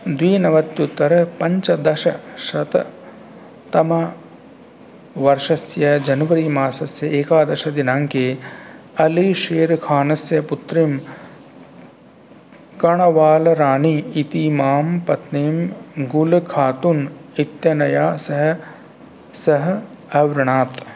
द्विनवत्युत्तरपञ्चदशशततमवर्षस्य जनवरि मासस्य एकादशदिनाङ्के अलिशेरखानस्य पुत्रं कणवालराणी इतीमां पत्नीं गुल् खातुन इत्यनया सह सः अवृणात्